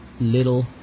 little